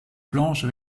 planches